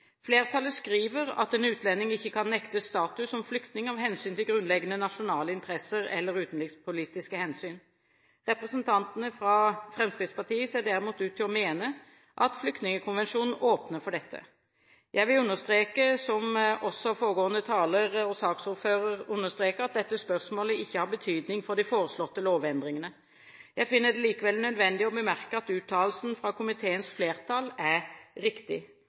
Flertallet skriver at en utlending ikke kan nektes status som flyktning av hensyn til grunnleggende nasjonale interesser eller utenrikspolitiske hensyn. Representantene fra Fremskrittspartiet ser derimot ut til å mene at Flyktningkonvensjonen åpner for dette. Jeg vil understreke, som også foregående taler – saksordføreren – gjorde, at dette spørsmålet ikke har betydning for de foreslåtte lovendringene. Jeg finner det likevel nødvendig å bemerke at uttalelsen fra komiteens flertall er riktig.